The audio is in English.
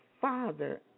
father